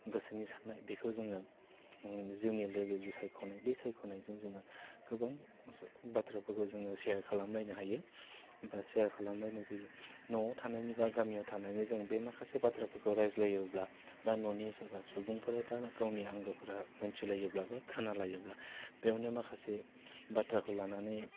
गोसोनि सान्नाय बेखौ जोङो जिउनि लोगो जि सायख'नाय बे सायख'नायजों जोङो गोबां बाथ्राफोरखौ जोङो सेयार खालामलायनो हायो बा सेयार खालामलायनाय जायो न'वाव थानानै बा गामियाव थानानै जों बे माखासे बाथ्राफोरखौ रायज्लायोब्ला बा न'नि सोरबा सुबुंफोरा बा गावनि आंगोफ्रा मोनथिलायोब्लाबो खोनालायोब्ला बेयावनो माखासे बाथ्राखौ लानानै